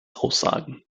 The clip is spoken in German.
aussagen